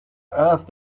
earth